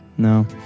No